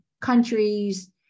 countries